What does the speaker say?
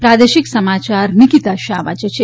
પ્રાદેશિક સમાયાર નિકિતા શાહ વાંચે છે